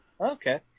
Okay